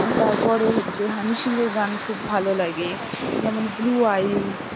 তারপরে হচ্ছে হানি সিংয়ের গান খুব ভালো লাগে যেমন ব্লু আইজ